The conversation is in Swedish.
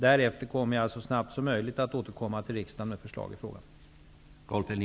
Därefter återkommer jag så snabbt som möjligt till riksdagen med förslag i frågan.